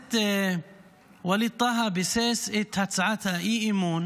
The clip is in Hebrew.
הכנסת ווליד טאהא ביסס את הצעת האי-אמון